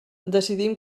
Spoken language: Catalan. decidim